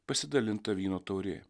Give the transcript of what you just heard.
pasidalinta vyno taurė